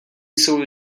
jsou